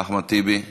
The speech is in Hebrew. אחמד טיבי,